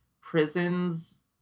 prisons